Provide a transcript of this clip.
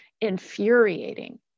infuriating